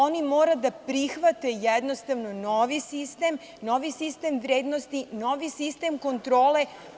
Oni mora da prihvate jednostavno novi sistem, novi sistem vrednosti, novi sistem kontrole.